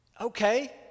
Okay